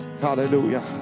Hallelujah